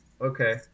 okay